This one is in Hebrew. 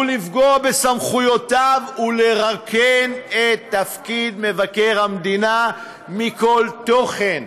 לפגוע בסמכויותיו ולרוקן את תפקיד מבקר המדינה מכל תוכן.